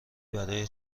برای